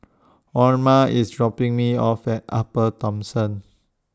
Orma IS dropping Me off At Upper Thomson